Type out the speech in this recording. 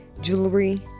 jewelry